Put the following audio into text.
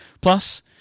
Plus